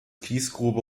kiesgrube